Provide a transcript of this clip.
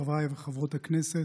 חברי וחברות הכנסת,